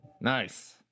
Nice